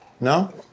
No